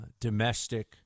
domestic